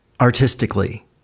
artistically